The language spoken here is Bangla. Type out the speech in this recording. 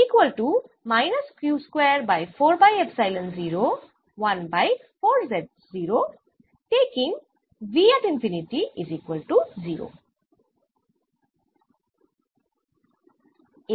তাই এটি 1 বাই 2 z0 নয় q বাই 4 z0